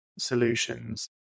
solutions